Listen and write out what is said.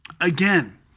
again